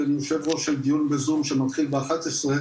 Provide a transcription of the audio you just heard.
כי אני יו"ר של דיון בזום שמתחיל ב-11:00,